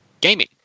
gaming